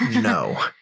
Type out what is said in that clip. no